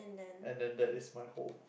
and then that is my home